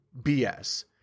BS